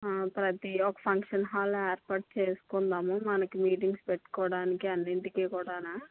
ప్రతి ఒక function hall ఏర్పాటు చేసుకుందాము మనకి మీటింగ్స్ పెట్టుకోవడానికి అన్నింటికీ కూడాను